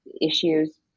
issues